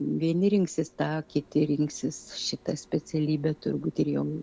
vieni rinksis tą kiti rinksis šitą specialybę turbūt ir jom